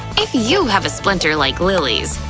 if you have a splinter like lily's,